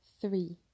Three